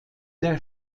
der